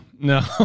no